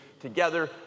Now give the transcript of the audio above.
together